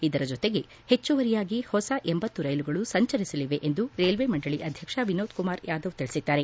ಇದರ ಜೊತೆಗೆ ಹೆಚ್ಚುವರಿಯಾಗಿ ಹೊಸ ಲಂ ರೈಲುಗಳು ಸಂಚರಿಸಲಿವೆ ಎಂದು ರೈಲ್ವೆ ಮಂಡಳಿ ಅಧ್ಯಕ್ಷ ವಿನೋದ್ ಕುಮಾರ್ ಯಾದವ್ ತಿಳಿಸಿದ್ದಾರೆ